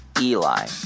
Eli